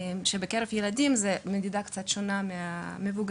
שבקרב ילדים זו מדידה קצת שונה ממבוגרים,